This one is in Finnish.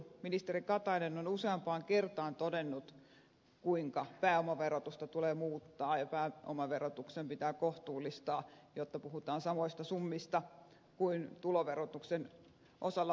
ministeri katainen on useampaan kertaan todennut kuinka pääomaverotusta tulee muuttaa ja pääomaverotusta pitää kohtuullistaa jotta puhutaan samoista summista kuin tuloverotuksen osalla palkkatulosta